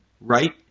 right